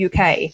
UK